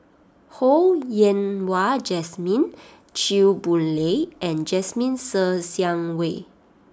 Ho Yen Wah Jesmine Chew Boon Lay and Jasmine Ser Xiang Wei